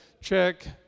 check